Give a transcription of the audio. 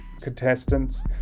contestants